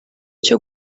cyo